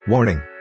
Warning